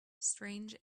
strange